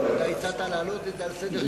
אתה הצעת להעלות את זה על סדר-היום.